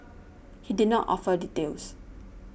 he did not offer details